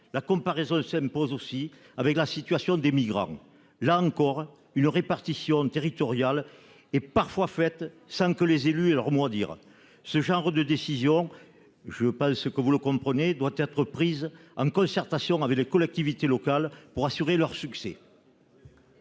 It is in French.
la comparaison s'impose aussi avec la situation des migrants. Là encore, une répartition territoriale est parfois faite sans que les élus aient leur mot à dire. Les décisions de ce type, je pense que vous le comprenez, doivent être prises en concertation avec les collectivités locales, ne serait-ce que pour assurer leur succès.